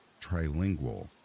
trilingual